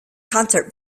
concert